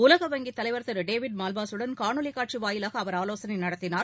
உலக வங்கித் தலைவர் திரு டேவிட் மல்பாஸுடன் காணொலி காட்சி வாயிலாக அவர் ஆலோசனை நடத்தினார்